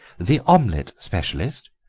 the omelette specialist!